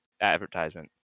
advertisement